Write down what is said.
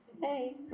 Hey